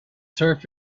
turf